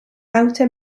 outer